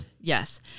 Yes